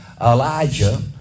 Elijah